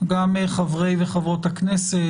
גם מחברי וחברות הכנסת,